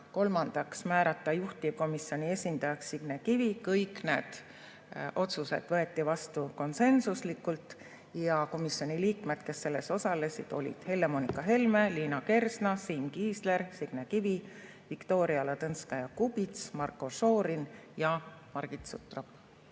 Kolmandaks, määrata juhtivkomisjoni esindajaks Signe Kivi. Kõik otsused võeti vastu konsensuslikult. Komisjoni liikmed, kes selles osalesid, olid: Helle-Moonika Helme, Liina Kersna, Siim Kiisler, Signe Kivi, Viktoria Ladõnskaja-Kubits, Marko Šorin ja Margit Sutrop.